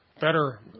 better